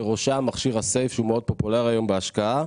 בראשם מכשיר הסייף שהוא מאוד פופולרי היום בהשקעה.